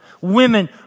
Women